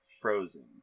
frozen